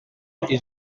iddi